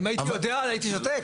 אם היית יודע, הייתי שותק.